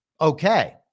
okay